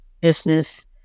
business